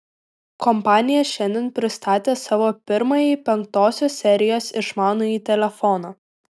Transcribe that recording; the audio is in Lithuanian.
kompanija šiandien pristatė savo pirmąjį penktosios serijos išmanųjį telefoną